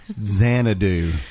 Xanadu